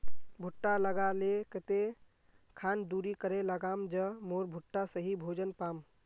भुट्टा लगा ले कते खान दूरी करे लगाम ज मोर भुट्टा सही भोजन पाम?